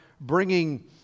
bringing